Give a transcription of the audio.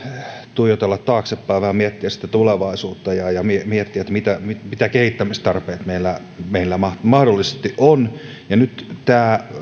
tuijotella taaksepäin vaan miettiä tulevaisuutta ja ja miettiä mitä kehittämistarpeita meillä meillä mahdollisesti on nyt tämä